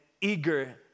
eager